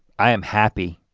i am happy.